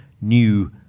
new